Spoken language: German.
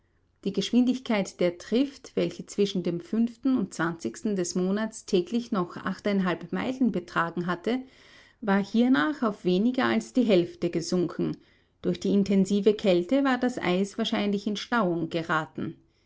die geschwindigkeit der trift welche zwischen dem fünften und des monats täglich noch meilen betragen hatte war hiernach auf weniger als die hälfte gesunken durch die intensive kälte war das eis wahrscheinlich in stauung geraten